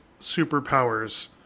superpowers